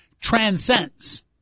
transcends